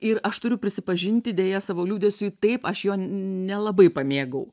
ir aš turiu prisipažinti deja savo liūdesiui taip aš jo nelabai pamėgau